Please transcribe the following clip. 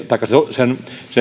sen